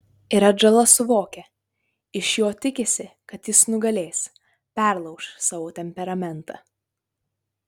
ir atžala suvokia iš jo tikisi kad jis nugalės perlauš savo temperamentą